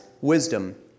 wisdom